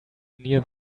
near